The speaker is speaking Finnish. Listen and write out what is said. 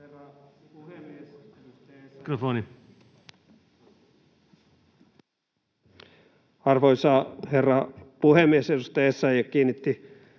herra puhemies! Edustaja Essayah kiinnitti